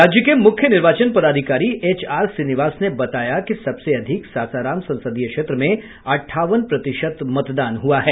राज्य के मुख्य निर्वाचन पदाधिकारी एच आर श्रीनिवास ने बताया कि सबसे अधिक सासाराम संसदीय क्षेत्र में अठावन प्रतिशत मतदान हुआ है